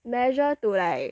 measure to like